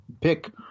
pick